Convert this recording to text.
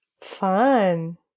Fun